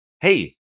hey